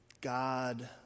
God